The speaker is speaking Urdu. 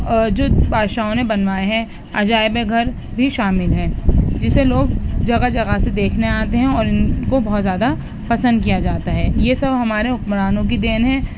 جو بادشاہوں نے بنوائے ہیں عجائب گھر بھی شامل ہیں جسے لوگ جگہ جگہ سے دیکھنے آتے ہیں اور ان کو بہت زیادہ پسند کیا جاتا ہے یہ سب ہمارے حکمرانوں کی دین ہیں